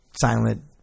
silent